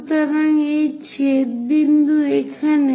সুতরাং এই ছেদ বিন্দু এখানে